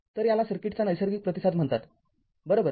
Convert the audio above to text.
तर याला सर्किटचा नैसर्गिक प्रतिसाद म्हणतात बरोबर